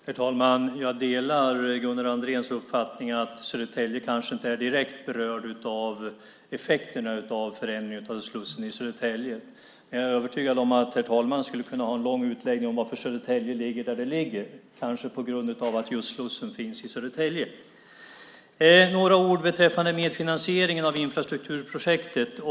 Herr talman! Jag delar Gunnar Andréns uppfattning att Södertälje kanske inte är direkt berörd av effekterna av förändringen av slussen i Södertälje. Men jag är övertygad om att herr talman skulle kunna ha en lång utläggning om varför Södertälje ligger där det ligger, kanske på grund av att just slussen finns i Södertälje. Jag vill säga några ord om medfinansieringen av infrastrukturprojektet.